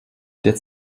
der